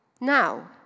Now